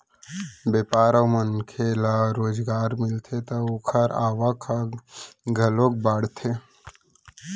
बेपार अउ मनखे ल रोजगार मिलथे त ओखर आवक ह घलोक बाड़थे